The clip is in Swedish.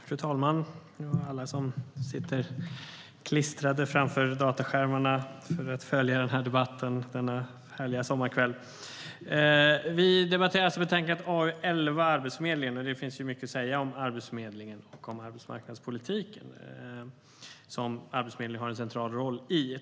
Fru talman! Och alla som sitter klistrade framför datorskärmarna för att följa debatten denna härliga sommarkväll! Vi debatterar alltså betänkande AU11 om Arbetsförmedlingen. Det finns mycket att säga om Arbetsförmedlingen och om arbetsmarknadspolitiken som Arbetsförmedlingen har en central roll i.